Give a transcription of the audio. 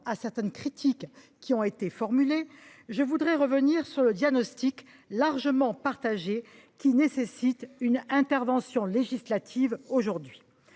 à certaines critiques qui ont été formulées, je voudrais revenir sur le diagnostic largement partagé qui nécessite une intervention législative aujourd’hui.